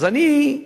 אני,